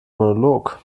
monolog